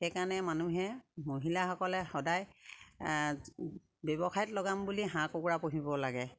সেইকাৰণে মানুহে মহিলাসকলে সদায় ব্যৱসায়ত লগাম বুলি হাঁহ কুকুৰা পুহিব লাগে